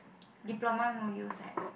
diploma no use eh